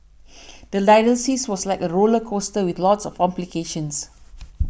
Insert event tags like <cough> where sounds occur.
<noise> the dialysis was like a roller coaster with lots of complications